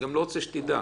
אני לא רוצה שתדע.